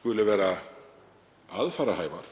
skuli vera aðfararhæfar.